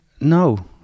no